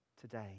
today